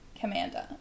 commander